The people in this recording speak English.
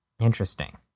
Interesting